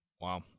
Wow